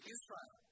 Israel